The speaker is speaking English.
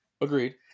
Agreed